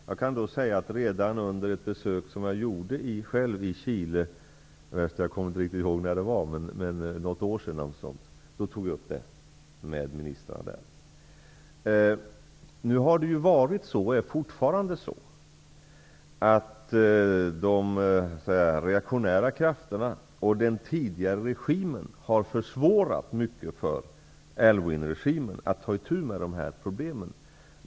Jag kan säga att redan under ett besök som jag gjorde i Chile -- jag kommer inte riktigt ihåg när det var, men det kanske var för något år sedan -- tog jag upp frågan med ministrarna där. Det har varit och är fortfarande så att de reaktionära krafterna och den tidigare regimen har försvårat mycket för Aylwinregimen att ta itu med dessa problem.